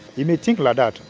you may think like that,